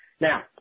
Now